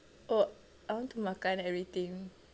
oh I want to makan everything